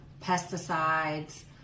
pesticides